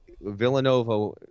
Villanova